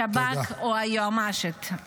השב"כ או היועמ"שית.